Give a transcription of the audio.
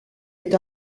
est